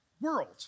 world